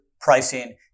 pricing